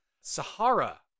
Sahara